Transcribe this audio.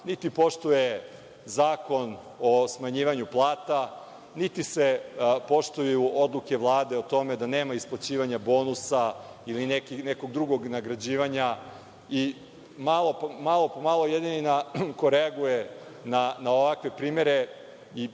niti poštuje zakon o smanjivanju plata, niti se poštuju odluke Vlade o tome da nema isplaćivanja bonusa ili nekog drugog nagrađivanja i malo po malo jedini koji reaguje na ovakve primere